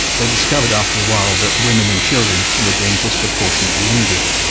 they discovered after a while that women and children were being disproportionately injured.